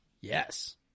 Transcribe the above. Yes